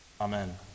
Amen